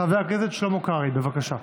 חבר הכנסת שלמה קרעי, בבקשה.